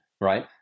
right